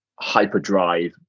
hyperdrive